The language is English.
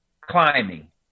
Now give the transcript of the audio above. climbing